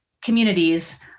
communities